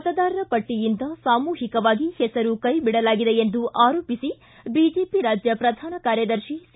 ಮತದಾರರ ಪಟ್ಟಿಯಿಂದ ಸಾಮೂಹಿಕವಾಗಿ ಹೆಸರು ಕೈಬಿಡಲಾಗಿದೆ ಎಂದು ಆರೋಪಿಸಿ ಬಿಜೆಪಿ ರಾಜ್ಯ ಪ್ರಧಾನ ಕಾರ್ಯದರ್ಶಿ ಸಿ